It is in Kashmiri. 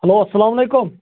ہیٚلو اَسَلام علیکُم